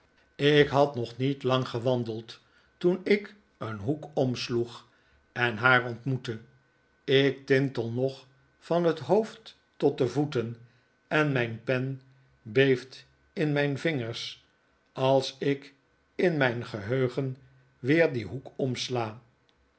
ik had nog niet lang gewandeld toen ik een hoek omsloeg en haar ontmoette ik tintel nog van net hoofd tot de voeten en mijn pen beeft in mijn vingers als ik in mijn geheugen weer dien hoek omsla